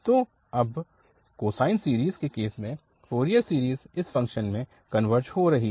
तो अब cosine series के केस में फ़ोरियर सीरीज़ इस फ़ंक्शन में कनवर्ज हो रही है